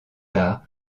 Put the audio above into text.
tard